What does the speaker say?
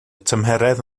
tymheredd